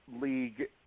league